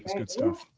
good stuff.